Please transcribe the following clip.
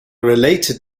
related